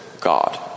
God